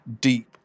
deep